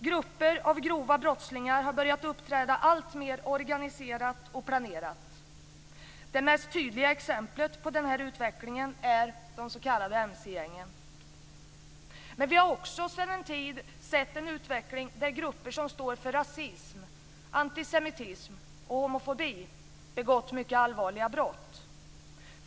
Grupper av grova brottslingar har börjat uppträda alltmer organiserat och planerat. Det mest tydliga exemplet på den utvecklingen är de s.k. mc-gängen. Men vi har också sedan en tid sett en utveckling där grupper som står för rasism, antisemitism och homofobi begått mycket allvarliga brott.